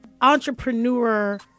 entrepreneur